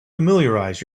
familiarize